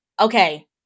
okay